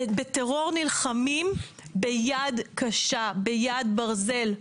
ובטרור נלחמים ביד קשה, ביד ברזל,